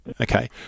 okay